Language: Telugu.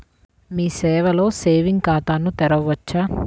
మీ సేవలో సేవింగ్స్ ఖాతాను తెరవవచ్చా?